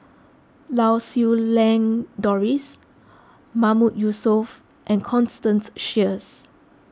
Lau Siew Lang Doris Mahmood Yusof and Constance Sheares